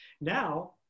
Now